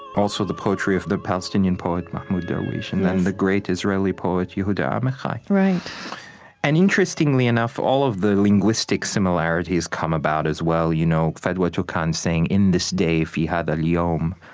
also, the poetry of the palestinian poet mahmoud darwish. and then the great israeli poet yehuda amichai right and interestingly enough, all of the linguistic similarities come about as well, you know fadwa tuqan saying, in this day, fi hatha al-yom,